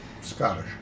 Scottish